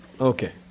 Okay